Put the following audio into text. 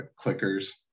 clickers